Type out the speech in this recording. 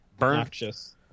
Noxious